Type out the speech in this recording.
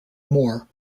moore